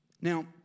Now